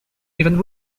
even